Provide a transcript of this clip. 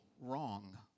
wrong